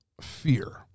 fear